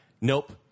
nope